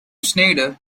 schneider